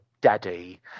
daddy